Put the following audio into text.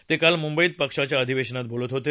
ते काल मुंबईत पक्षाच्या अधिवेशनात बोलत होते